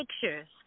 pictures